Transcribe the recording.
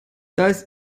das